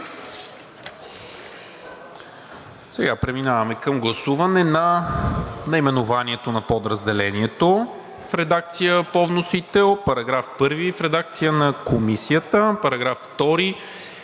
Сега преминаваме към гласуване на наименованието на подразделението в редакция по вносител, § 1 в редакция на Комисията, параграфи 2,